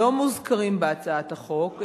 שלא מוזכרים בהצעת החוק,